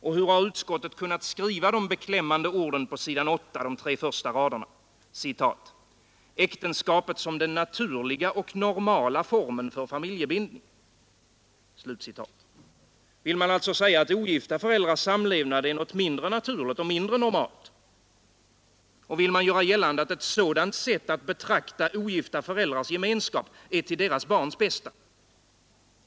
Och hur har utskottet kunnat skriva de beklämmande orden i de tre första raderna på s.8 om ”äktenskapet som den normala och naturliga formen för familjebildning”? Vill man alltså säga att ogifta föräldrars samlevnad är något mindre naturligt och mindre normalt? Och vill man göra gällande att ett sådant sätt att betrakta ogifta föräldrars gemenskap är till deras barns bästa?